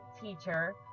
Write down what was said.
teacher